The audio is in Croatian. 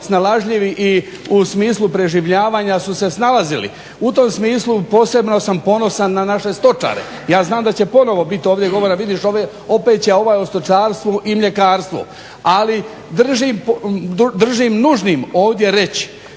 snalažljivi i u smislu preživljavanja su se snalazili. U tom smislu posebno sam ponosan na naše stočare. Ja znam da će ponovno biti ovdje govora, vidiš opet će ovaj o stočarstvu i mljekarstvu ali držim nužnim ovdje reć